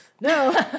No